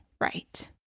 right